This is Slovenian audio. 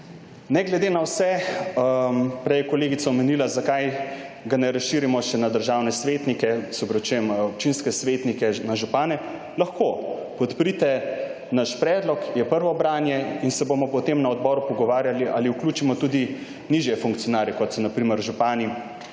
Ne glede na vse, prej je kolegica omenila, zakaj ga ne razširimo še na državne svetnike, se opravičujem, občinske svetnike, na župane. Lahko. Podprite naš predlog, je prvo branje in se bomo potem na odboru pogovarjali ali vključimo tudi nižje funkcionarje kot so na primer župani in